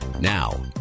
Now